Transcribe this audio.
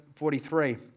43